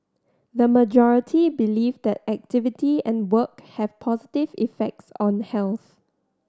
the majority believe that activity and work have positive effects on health